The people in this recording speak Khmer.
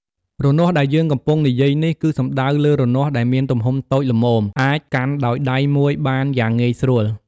រនាស់ដែលយើងកំពុងនិយាយនេះ គឺសំដៅលើរនាស់ដែលមានទំហំតូចល្មមអាចកាន់ដោយដៃមួយបានយ៉ាងងាយស្រួល។